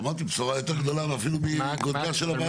אמרתי, בשורה אפילו גדולה יותר מגודלה של הוועדה.